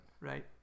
right